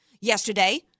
yesterday